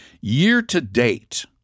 Year-to-date